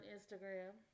Instagram